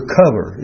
cover